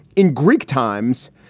in greek times,